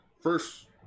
first